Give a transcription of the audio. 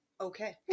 Okay